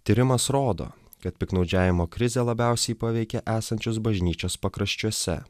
tyrimas rodo kad piktnaudžiavimo krizė labiausiai paveikė esančius bažnyčios pakraščiuose